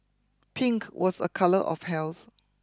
pink was a colour of health